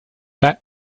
that